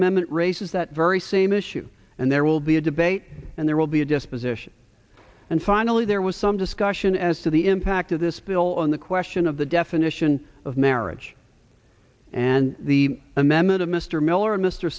amendment races that very same issue and there will be a debate and there will be a disposition and finally there was some discussion as to the impact of this bill on the question of the definition of marriage and the a memo to mr miller mr